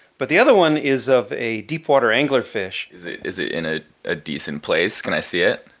but the other one is of a deep water angler fish is it is it in ah a decent place? can i see it?